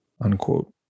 unquote